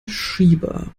schieber